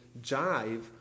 jive